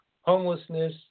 homelessness